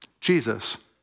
Jesus